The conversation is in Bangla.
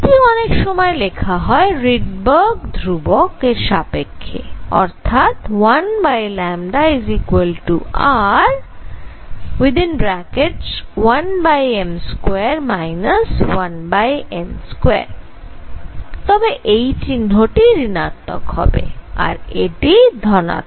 এটি অনেক সময় লেখা হয় রিডবার্গ ধ্রুবক এর সাপেক্ষে অর্থাৎ 1R 1m2 1n2 তবে এই চিহ্নটি ঋণাত্মক হবে আর এটি ধনাত্মক